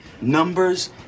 numbers